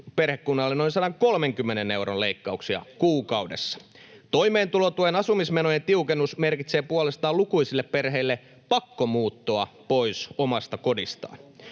perhekunnalle noin 130 euron leikkauksia kuukaudessa. Toimeentulotuen asumismenojen tiukennus merkitsee puolestaan lukuisille perheille pakkomuuttoa pois omasta kodistaan.